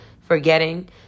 forgetting